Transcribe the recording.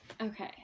okay